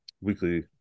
weekly